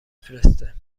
فرسته